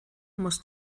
muss